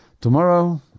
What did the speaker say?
Tomorrow